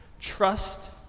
trust